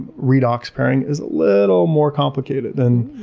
redox pairing is a little more complicated than,